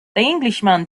englishman